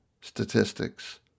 statistics